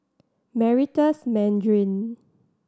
Meritus Mandarin